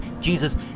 Jesus